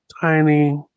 tiny